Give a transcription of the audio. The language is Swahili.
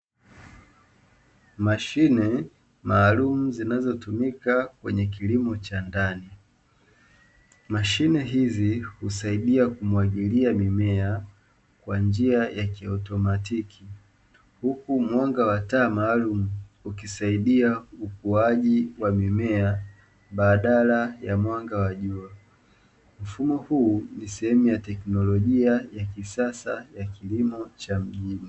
Mashine maalumu, zinazotumika kwenye kilimo cha ndani. Mashine hizi husaidia kumwagilia mimea kwa njia ya kiautomatiki, huku mwanga wa taa maalumu ukisaidia ukuaji wa mimea badala ya mwanga wa jua. Mfumo huu ni sehemu ya teknolojia ya kisasa ya kilimo cha mjini.